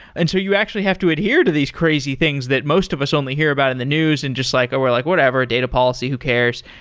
and so you actually have to adhere to these crazy things that most of us only hear about in the news and just like, oh, well. like whatever. data policy. who cares.